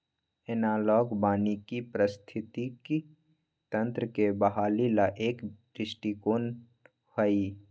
analogue वानिकी पारिस्थितिकी तंत्र के बहाली ला एक दृष्टिकोण हई